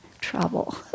trouble